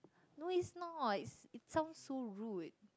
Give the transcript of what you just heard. no it's not it it sounds so rude